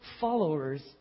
followers